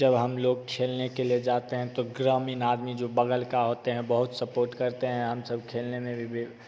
जब हम लोग खेलने के लिए जाते हैं तो ग्रामीण आदमी जो बगल का होते हैं बहुत सपोर्ट करते हैं हम सब खेलने में भी भी